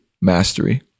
mastery